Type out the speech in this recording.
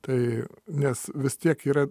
tai nes vis tiek yra